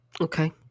Okay